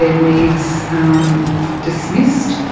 ah needs dismissed,